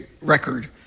record